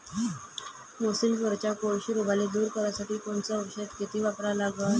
मोसंबीवरच्या कोळशी रोगाले दूर करासाठी कोनचं औषध किती वापरा लागन?